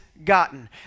Gotten